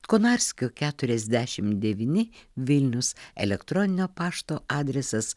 konarskio keturiasdešim devyni vilnius elektroninio pašto adresas